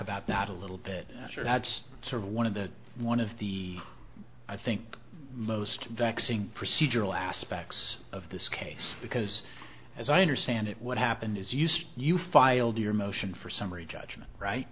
about that a little bit faster that's sort of one of the one of the i think most vexing procedural aspects of this case because as i understand it what happened is used you filed your motion for summary judgment right